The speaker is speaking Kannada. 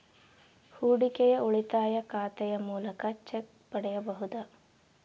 ಹೂಡಿಕೆಯ ಉಳಿತಾಯ ಖಾತೆಯ ಮೂಲಕ ಚೆಕ್ ಪಡೆಯಬಹುದಾ?